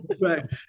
right